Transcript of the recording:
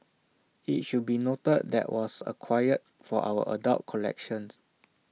IT should be noted that was acquired for our adult collections